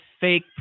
fake